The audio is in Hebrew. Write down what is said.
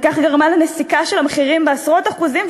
וכך גרמה לנסיקה של המחירים בעשרות אחוזים,